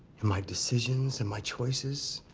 and my decisions and my choices,